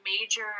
major